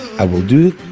i will do